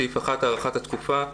סעיף 1. הארכת התקופה.